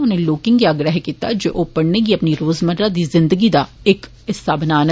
उनें लोकें गी आग्रह कीता जे ओ पढ़ने गी अपनी रोजमर्रा दी जिंदगी दा इक हिस्सा बनान